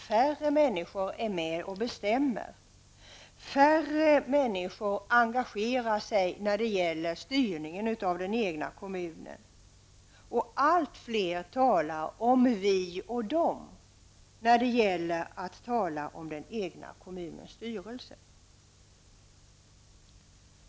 Färre människor är med och bestämmer, färre människor engagerar sig när det gäller styrningen av den egna kommunen, och allt fler talar om ''vi och de'' när de talar om den egna kommunens styrelse.